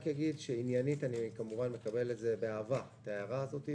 עניינית אני כמובן מקבל באהבה את ההערה הזאת.